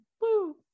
woo